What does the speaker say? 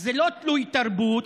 זה לא תלוי תרבות,